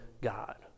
God